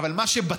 אבל מה שבטוח,